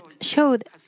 showed